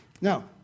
Now